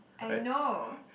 I know